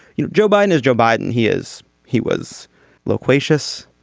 you know joe biden is joe biden he is he was loquacious.